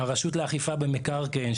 הרשות לאכיפה במקרקעין,